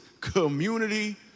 community